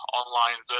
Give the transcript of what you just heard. online